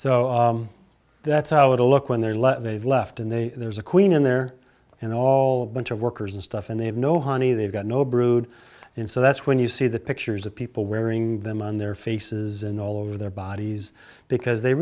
so that's how it will look when they're let they've left and then there's a queen in there and all bunch of workers and stuff and they have no honey they've got no brood and so that's when you see the pictures of people wearing them on their faces and all over their bodies because they